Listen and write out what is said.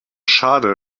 schade